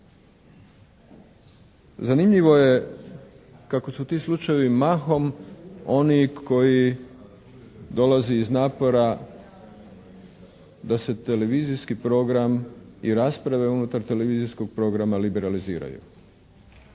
Zanimljivo je kako su ti slučajevi mahom oni koji dolaze iz napora da se televizijski program i rasprave unutar televizijskog programa liberaliziraju